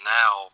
now